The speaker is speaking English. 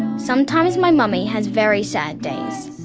sometimes my mummy has very sad days.